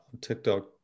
TikTok